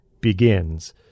begins